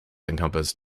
encompassed